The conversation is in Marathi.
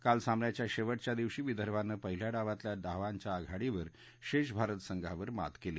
काल सामन्याच्या शेवटच्या दिवशी विदर्भानं पहिल्या डावातल्या धावांच्या आघाडीवर शेष भारत संघावर मात केली